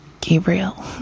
Gabriel